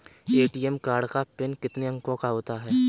ATM card का PIN कितने अंकों का होता है?